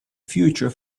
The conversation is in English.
future